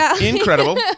Incredible